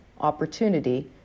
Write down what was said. opportunity